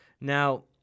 Now